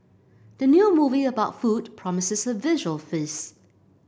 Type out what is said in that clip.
the new movie about food promises a visual feast